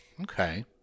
Okay